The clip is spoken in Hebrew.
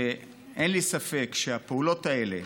אין לי ספק שהפעולות האלה,